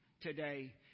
today